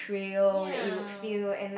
ya